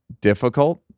difficult